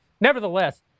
Nevertheless